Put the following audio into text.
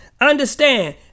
Understand